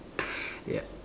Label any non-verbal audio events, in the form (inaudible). (breath) yup